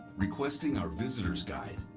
requesting our visitors guide,